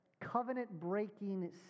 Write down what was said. covenant-breaking